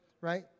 Right